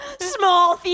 small